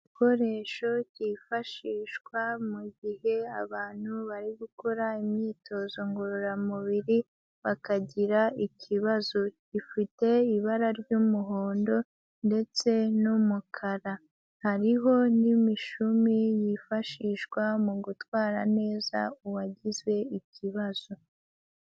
Igikoresho cyifashishwa mu gihe abantu bari gukora imyitozo ngororamubiri, bakagira ikibazo, gifite ibara ry'umuhondo ndetse n'umukara, hariho n'imishumi yifashishwa mu gutwara neza uwagize ikibazo.